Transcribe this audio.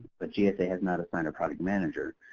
but gsa has not assigned a project manager.